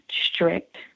strict